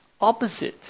opposite